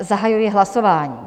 Zahajuji hlasování.